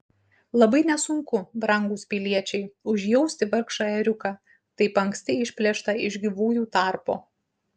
labai nesunku brangūs piliečiai užjausti vargšą ėriuką taip anksti išplėštą iš gyvųjų tarpo